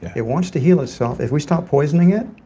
it wants to heal itself. if we stop poisoning it,